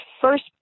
first